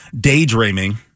daydreaming